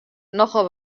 nochal